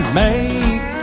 make